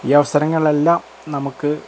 ഈ അവസരങ്ങളിലെല്ലാം നമുക്ക്